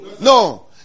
No